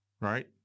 right